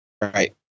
right